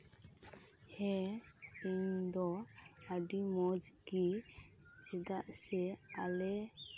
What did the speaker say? ᱦᱮᱸ ᱤᱧ ᱫᱚ ᱟᱹᱰᱤ ᱢᱚᱸᱡ ᱜᱮ ᱪᱮᱫᱟᱜ ᱥᱮ ᱟᱞᱮ